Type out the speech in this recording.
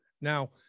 Now